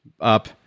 up